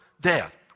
death